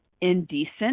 indecent